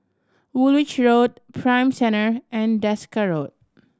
Woolwich Road Prime Centre and Desker Road